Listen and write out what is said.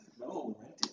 No